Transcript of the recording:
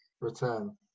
Return